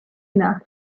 enough